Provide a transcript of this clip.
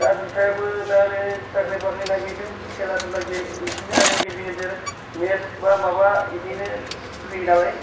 दा बिफायाबो दा आरो साख्रि बाख्रि नागिरदों खेला धुला गेले इदिनो आरो गेजेर गेजेर मेस्ट बा माबा इदिनो होयो नालाय